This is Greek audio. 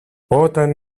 όταν